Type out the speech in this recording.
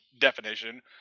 definition